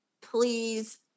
please